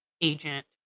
agent